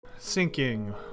Sinking